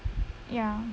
ya